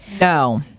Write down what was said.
No